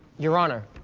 your honor.